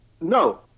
no